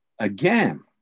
Again